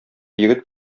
егет